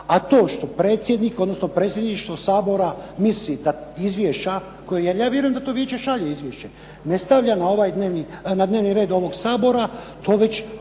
A to što predsjednik, odnosno predsjedništvo Sabora misli da izvješća, jer ja vjerujem da to vijeće šalje izvješće, ne stavlja na dnevni red ovog Sabor, to već